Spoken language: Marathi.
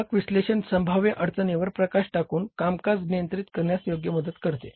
फरक विश्लेषण संभाव्य अडचणींवर प्रकाश टाकून कामकाज नियंत्रित करण्यास मदत करते